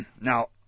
now